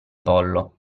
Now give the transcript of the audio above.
pollo